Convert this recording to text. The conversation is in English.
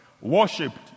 worshipped